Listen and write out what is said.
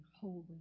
Holy